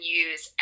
use